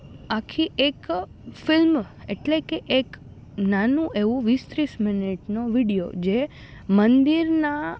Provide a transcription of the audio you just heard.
આખી એક ફિલ્મ એટલે કે એક નાનું એવું વીસ ત્રીસ મિનિટનો વિડીયો જે મંદિરનાં